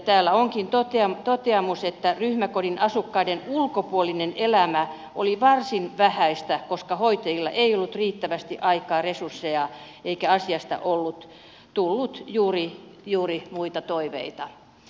täällä onkin toteamus että ryhmäkodin asukkaiden ulkopuolinen elämä oli varsin vähäistä koska hoitajilla ei ollut riittävästi aikaa resursseja eikä asiasta ollut tullut juuri muita toiveita